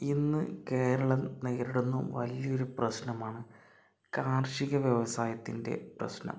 ഇന്ന് കേരളം നേരിടുന്ന വലിയ ഒരു പ്രശ്നമാണ് കാർഷിക വ്യവസായത്തിൻ്റെ പ്രശ്നം